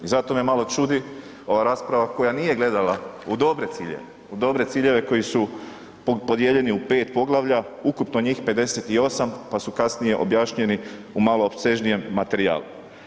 Zato me malo čudi ova rasprava koja nije gledala u dobre ciljeve, u dobre ciljeve koji su podijeljeni u 5 poglavlja, ukupno njih 58 pa su kasnije objašnjeni u malo opsežnijem materijalu.